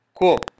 Cool